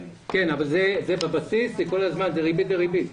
כן, אבל זה בבסיס כי כל הזמן זה ריבית דריבית.